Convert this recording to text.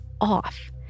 off